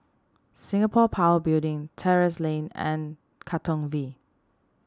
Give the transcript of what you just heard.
Singapore Power Building Terrasse Lane and Katong V